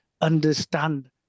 understand